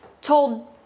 told